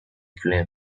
flame